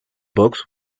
books